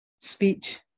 speech